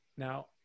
Now